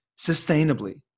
sustainably